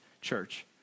church